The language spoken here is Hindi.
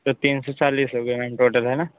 तो तीन सौ चालीस हो गए मेम टोटल है ना